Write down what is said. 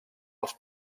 els